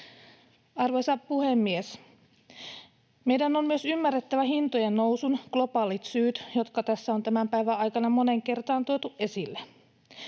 Arvoisa puhemies! Meidän on myös ymmärrettävä hintojen nousun globaalit syyt, jotka tässä on tämän päivän aikana moneen kertaan tuotu esille,